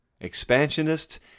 expansionists